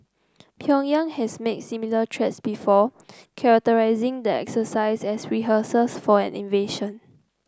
Pyongyang has made similar threats before characterising the exercise as rehearsals for an invasion